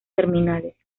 terminales